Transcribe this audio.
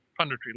punditry